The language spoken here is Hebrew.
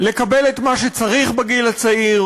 לקבל את מה שצריך בגיל הצעיר